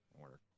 work